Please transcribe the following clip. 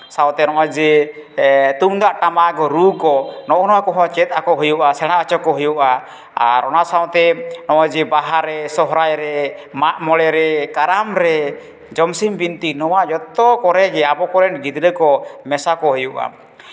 ᱥᱟᱶᱛᱮ ᱱᱚᱜᱼᱚᱭ ᱡᱮ ᱛᱩᱢᱫᱟᱜ ᱴᱟᱢᱟᱠ ᱨᱩ ᱠᱚ ᱱᱚᱜᱼᱱᱟ ᱠᱚᱦᱚᱸ ᱪᱮᱫ ᱟᱠᱚ ᱦᱩᱭᱩᱜᱼᱟ ᱥᱮᱬᱟ ᱟᱠᱚ ᱦᱚᱪᱚ ᱦᱩᱭᱩᱜᱼᱟ ᱟᱨ ᱚᱱᱟ ᱥᱟᱶᱛᱮ ᱱᱚᱜᱼᱚᱭ ᱡᱮ ᱵᱟᱦᱟᱨᱮ ᱥᱚᱦᱨᱟᱭ ᱨᱮ ᱢᱟᱜ ᱢᱚᱬᱮ ᱨᱮ ᱠᱟᱨᱟᱢᱨᱮ ᱡᱚᱢᱥᱤᱢ ᱵᱤᱱᱛᱤ ᱱᱚᱣᱟ ᱡᱷᱚᱛᱚ ᱠᱚᱨᱮ ᱜᱮ ᱟᱵᱚ ᱠᱚᱨᱮᱱ ᱜᱤᱫᱽᱨᱟᱹ ᱠᱚ ᱢᱮᱥᱟ ᱠᱚ ᱦᱩᱭᱩᱜᱼᱟ